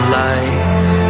life